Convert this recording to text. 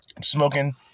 Smoking